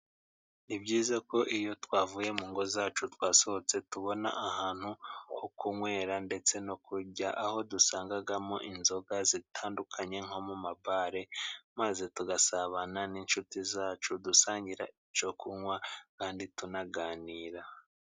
Ni byizayiza ko iyo twavuye mu ngo zacu twasohotse tubona ahantu ho kunywera ndetse no kurya, aho dusangamo inzoga zitandukanye nko mu ma bare maze tugasabana n'inshuti zacu, dusangira icyo kunywa kandi tunaganira.